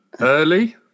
early